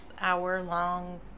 hour-long